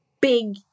big